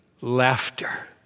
laughter